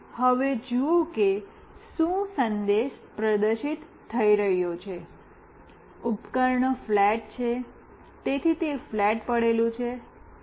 અને હવે જુઓ કે શું સંદેશ પ્રદર્શિત થઈ રહ્યો છે ઉપકરણ ફ્લેટ છે તેથી તે ફ્લેટ પડેલું છે